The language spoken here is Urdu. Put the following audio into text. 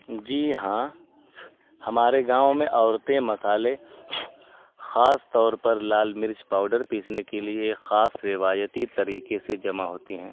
جی ہاں ہمارے گاؤں میں عورتیں مسالے خاص طور پر لال مرچ پاؤڈر پیسنے کے لیے ایک خاص روایتی طریقے سے جمع ہوتی ہیں